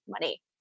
money